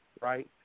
right